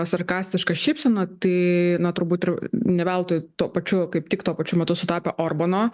sarkastišką šypseną tai na turbūt ir ne veltui tuo pačiu kaip tik tuo pačiu metu sutapę orbano